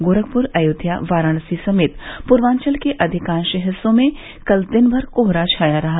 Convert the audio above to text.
गोरखपुर अयोध्या वाराणसी समेत पूर्वांचल के अधिकांश हिस्सों में कल दिन भर कोहरा छाया रहा